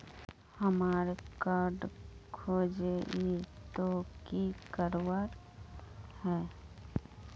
हमार कार्ड खोजेई तो की करवार है?